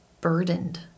burdened